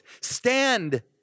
Stand